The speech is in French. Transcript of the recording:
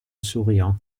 souriant